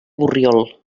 borriol